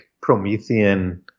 Promethean